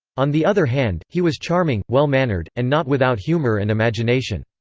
on the other hand, he was charming, well-mannered, and not without humor and imagination.